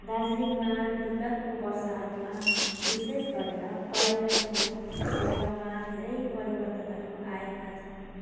दार्जिलिङमा विगतको वर्षहरूमा विशेष गरेेर पर्यटनको क्षेत्रमा धेरै परिवर्तनहरू आएका छन्